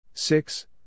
Six